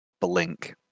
blink